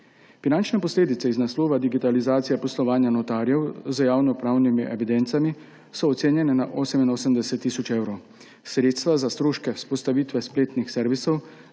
Finančne posledice iz naslova digitalizacije poslovanja notarjev z javnopravnimi evidencami so ocenjene na 88 tisoč evrov. Sredstva za stroške vzpostavitve spletnih servisov